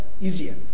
easier